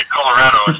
Colorado